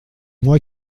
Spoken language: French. moi